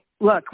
Look